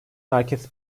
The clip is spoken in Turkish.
merkez